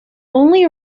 only